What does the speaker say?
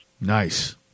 nice